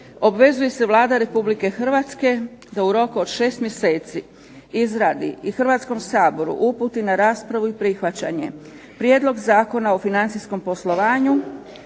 Obvezuje se Vlada Republike Hrvatske da u roku od 6 mjeseci izradi i Hrvatskom saboru uputi na raspravu i prihvaćanje prijedlog Zakona o financijskom poslovanju